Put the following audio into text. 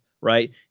right